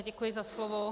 Děkuji za slovo.